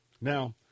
Now